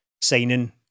signing